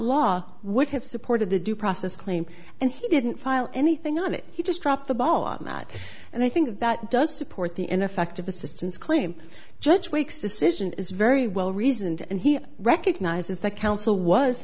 law would have supported the due process claim and he didn't file anything on it he just dropped the ball on that and i think that does support the ineffective assistance claim judge weeks decision is very well reasoned and he recognizes that counsel was